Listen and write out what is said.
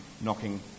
knocking